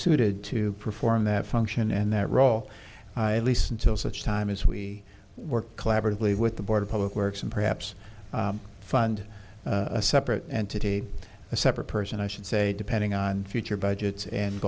suited to perform that function and that role i lease until such time as we work collaboratively with the board of public works and perhaps fund a separate entity a separate person i should say depending on future budgets and